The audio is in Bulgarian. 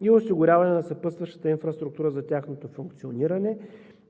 и осигуряване на съпътстваща инфраструктура за тяхното функциониране;